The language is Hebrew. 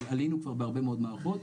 עלינו כבר בהרבה מאוד מערכות,